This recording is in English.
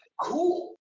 cool